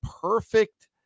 perfect